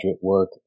work